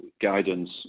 guidance